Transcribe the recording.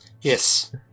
Yes